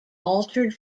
altered